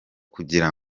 kugira